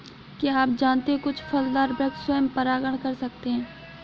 क्या आप जानते है कुछ फलदार वृक्ष स्वयं परागण कर सकते हैं?